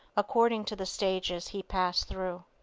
according to the stages he passed through.